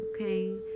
okay